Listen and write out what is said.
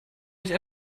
nicht